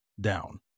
down